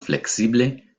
flexible